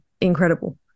incredible